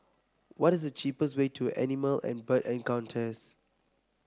what the cheapest way to Animal and Bird Encounters